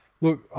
Look